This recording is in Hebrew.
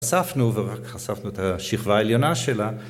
חשפנו, ורק חשפנו את השכבה העליונה שלה.